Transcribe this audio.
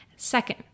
Second